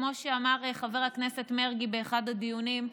כמו שאמר חבר הכנסת מרגי באחד הדיונים,